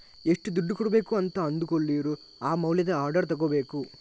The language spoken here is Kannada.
ಎಷ್ಟು ದುಡ್ಡು ಕೊಡ್ಬೇಕು ಅಂತ ಅಂದುಕೊಳ್ಳುವಿರೋ ಆ ಮೌಲ್ಯದ ಆರ್ಡರ್ ತಗೋಬೇಕು